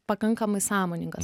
pakankamai sąmoningas